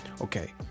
Okay